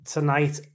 Tonight